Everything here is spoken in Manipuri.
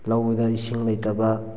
ꯂꯧꯗ ꯏꯁꯤꯡ ꯂꯩꯇꯕ